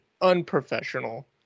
unprofessional